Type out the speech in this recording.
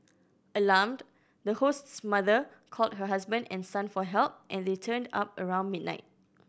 alarmed the host's mother called her husband and son for help and they turned up around midnight